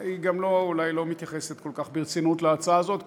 היא גם אולי לא מתייחסת כל כך ברצינות להצעה הזאת,